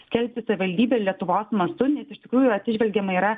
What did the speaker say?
skelbti savivaldybė lietuvos mastu nes iš tikrųjų atsižvelgiama yra